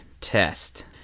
test